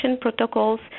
protocols